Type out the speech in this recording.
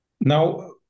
Now